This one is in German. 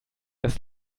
das